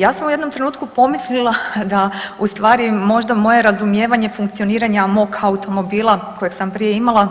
Ja sam u jednom trenutku pomislila da ustvari možda moje razumijevanje funkcioniranja mog automobila kojeg sam prije imala